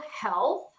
health